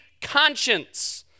conscience